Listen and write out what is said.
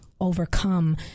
overcome